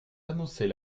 annoncez